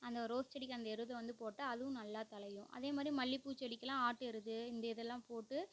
அந்த ரோஸ் செடிக்கு அந்த எருது வந்து போட்டா அதுவும் நல்லா தழையும் அதே மாதிரி மல்லிப்பூ செடிக்கு எல்லாம் ஆட்டு எருது இந்த இதெல்லாம் போட்டு